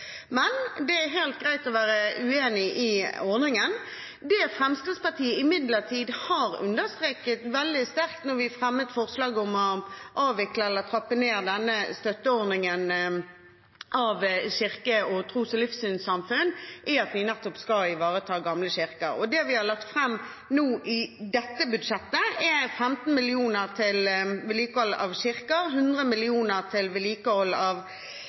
Men det er helt greit å være uenig i ordningen. Det vi i Fremskrittspartiet imidlertid understreket veldig sterkt da vi fremmet forslag om å avvikle eller trappe ned denne støtteordningen til kirker og tros- og livssynssamfunn, er at vi nettopp skal ivareta gamle kirker. Det vi har lagt fram nå, i dette budsjettet, er 15 mill. kr til vedlikehold av kirker, 100 mill. kr til vedlikehold av